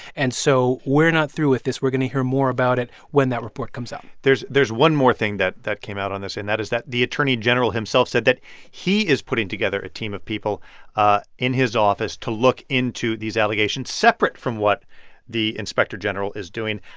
and so we're not through with this. we're going to hear more about it when that report comes out there's there's one more thing that that came out on this. and that is that the attorney general himself said that he is putting together a team of people ah in his office to look into these allegations, separate from what the inspector general is doing.